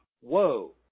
whoa